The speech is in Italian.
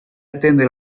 attende